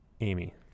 Amy